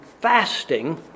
fasting